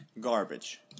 garbage